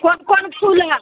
कोन कोन फूल है